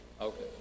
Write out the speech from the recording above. Okay